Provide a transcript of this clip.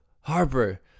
Harper